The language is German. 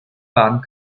waren